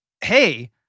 hey